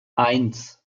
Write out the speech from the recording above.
eins